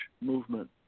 movement